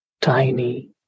tiny